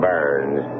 Burns